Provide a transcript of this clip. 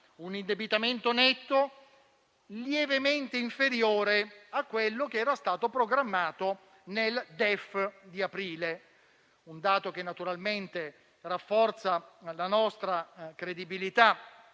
un indebitamento netto lievemente inferiore a quello che era stato programmato nel DEF di aprile: un dato che naturalmente rafforza la nostra credibilità